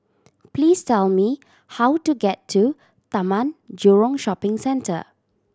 please tell me how to get to Taman Jurong Shopping Centre